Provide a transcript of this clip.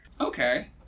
Okay